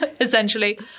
essentially